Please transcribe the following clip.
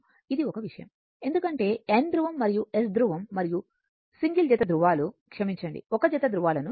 ఇది ఒక విషయం ఎందుకంటే N ధృవం మరియు S ధృవం మరియు సింగిల్ జత ధృవాలు క్షమించండి ఒక జత దృవాలను చూడండి